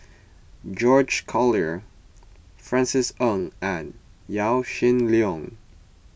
George Collyer Francis Ng and Yaw Shin Leong